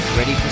Ready